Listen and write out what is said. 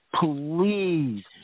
Please